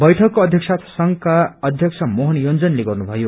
बैठकको अध्यक्षता संघका अध्यक्ष मोहन योँजनले गर्नु भयो